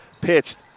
pitched